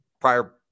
prior